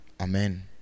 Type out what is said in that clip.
Amen